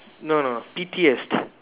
no no pettiest